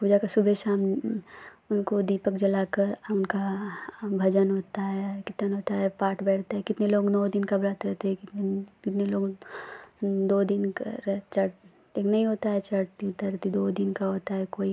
पूजा का सुबह शाम उनको दीपक जलाकर उनका हम भजन होता है कीर्तन होता है पाठ बैठते हैं कितने लोग नौ दिन का व्रत रहते हैं कितने कितने लोग उन दो दिन का रह छठ एक नहीं होती है छठ दो दिन की होती है कोई